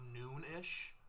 noon-ish